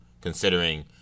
considering